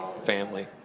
family